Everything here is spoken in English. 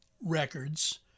records